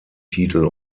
titel